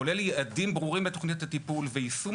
כולל יעדים ברורים בתוכניות הטיפול ויישום